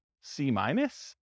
C-minus